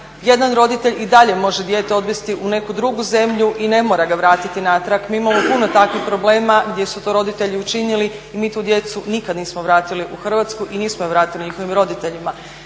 jedan roditelj i dalje može dijete odvesti u neku drugu zemlju i ne mora ga vratiti natrag. Mi imamo puno takvih problema gdje su to roditelji učinili i mi tu djecu nikad nismo vratili u Hrvatsku i nismo ih vratili njihovim roditeljima.